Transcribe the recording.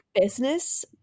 business